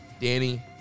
Danny